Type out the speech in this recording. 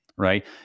Right